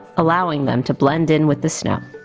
allowing them to blend in with the snow.